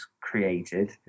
created